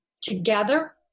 together